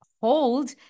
hold